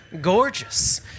gorgeous